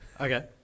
Okay